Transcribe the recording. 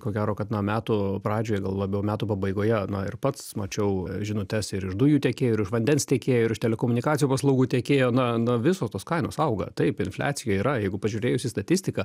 ko gero kad na metų pradžioj gal labiau metų pabaigoje na ir pats mačiau žinutes ir iš dujų tiekėjų ir vandens tiekėjų ir telekomunikacijų paslaugų tiekėjo na na visos tos kainos auga taip infliacija yra jeigu pažiūrėjus į statistiką